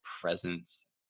presence